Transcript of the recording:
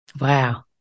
Wow